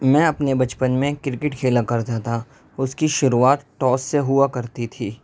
میں اپنے بچپن میں کرکٹ کھیلا کرتا تھا اس کی شروعات ٹاس سے ہوا کرتی تھی